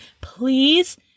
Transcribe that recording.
please